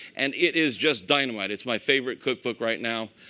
and it is just dynamite. it's my favorite cookbook right now.